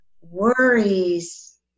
worries